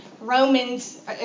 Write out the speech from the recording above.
Romans